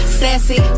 Sassy